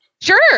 Sure